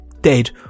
dead